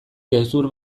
gezur